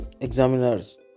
examiners